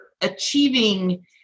achieving